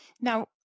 Now